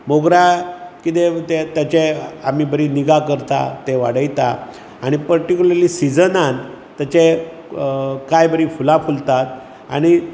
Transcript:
मोगरा कितें तें ताचें आमी बरी निगा करता तें वाडयता आनी परटीकुलरली सिझनान तेचें काय बरी फुलां फुलतात आणी